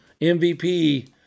MVP